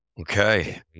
Okay